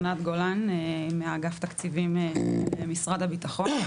ענת גולן מאגף תקציבים של משרד הביטחון.